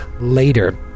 later